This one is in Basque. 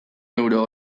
euro